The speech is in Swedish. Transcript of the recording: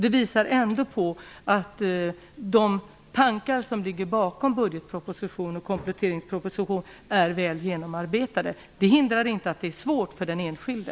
Det visar att de tankar som ligger bakom budgetpropositionen och kompletteringspropositionen är väl genomarbetade. Det hindrar inte att det är svårt för den enskilde.